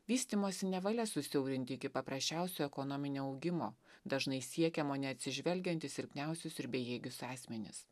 vystymosi nevalia susiaurinti iki paprasčiausio ekonominio augimo dažnai siekiamo neatsižvelgiant į silpniausius ir bejėgius asmenis